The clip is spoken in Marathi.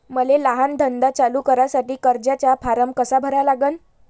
मले लहान धंदा चालू करासाठी कर्जाचा फारम कसा भरा लागन?